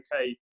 okay